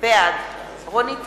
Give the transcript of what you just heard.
בעד רונית תירוש,